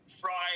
Friday